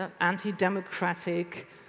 anti-democratic